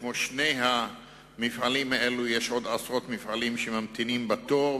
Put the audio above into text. וכמו שני המפעלים האלה יש עוד עשרות מפעלים שממתינים בתור,